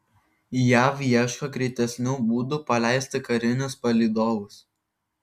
jav ieško greitesnių būdų paleisti karinius palydovus